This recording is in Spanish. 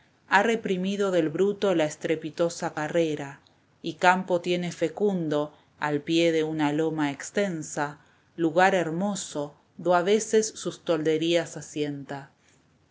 ha reprimido del bruto la estrepitosa carrera y campo tiene fecundo al pie de una loma extensa lugar hermoso do a veces sus tolderias asienta